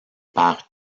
par